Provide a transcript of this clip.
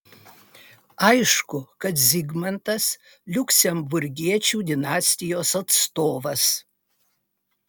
aišku kad zigmantas liuksemburgiečių dinastijos atstovas